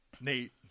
Nate